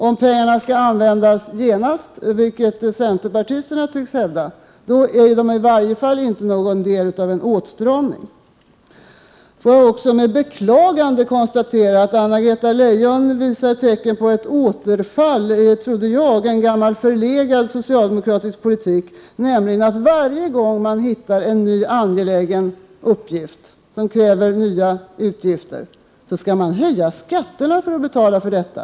Om pengarna skall användas genast — vilket centerpartisterna tycks hävda — utgör de i varje fall inte någon del av en åtstramning. Också jag har med beklagande konstaterat att Anna-Greta Leijon visar tecken på ett återfall i en — som jag trodde — gammal förlegad socialdemokratisk politik: varje gång man hittar en ny angelägen uppgift som kräver nya utgifter, skall man höja skatterna för att betala för detta.